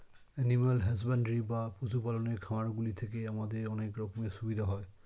animal husbandry বা পশু পালনের খামারগুলি থেকে আমাদের অনেক রকমের সুবিধা হয়